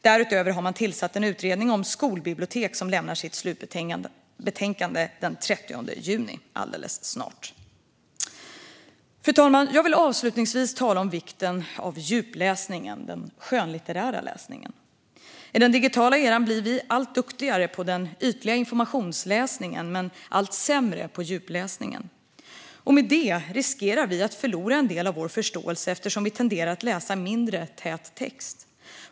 Därutöver har man tillsatt en utredning om skolbibliotek, som lämnar sitt slutbetänkande den 30 juni - alldeles snart. Fru talman! Jag vill avslutningsvis tala om vikten av djupläsningen, den skönlitterära läsningen. I den digitala eran blir vi allt duktigare på den ytliga informationsläsningen men allt sämre på djupläsningen. Och därmed riskerar vi att förlora en del av vår förståelse eftersom vi tenderar att läsa mindre tät text.